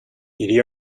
hiri